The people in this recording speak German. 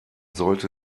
sollte